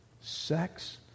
Sex